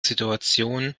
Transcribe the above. situation